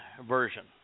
version